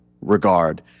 regard